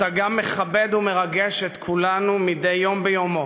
אתה גם מכבד ומרגש את כולנו מדי יום ביומו